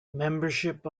membership